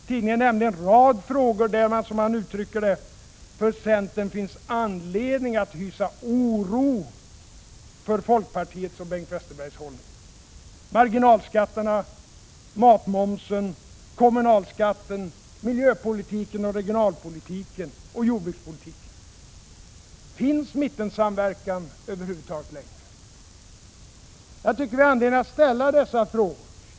Tidningen nämnde en rad frågor där det, som man uttrycker det, för centern ”finns all anledning att hysa oro för folkpartiets och Bengt Westerbergs hållning” — marginalskatterna, matmomsen, kommunalskatten, miljöpolitiken, regionalpolitiken och jordbrukspolitiken. Finns mittensamverkan över huvud taget längre? Jag tycker att vi har anledning att ställa dessa frågor.